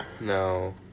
No